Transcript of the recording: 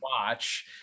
watch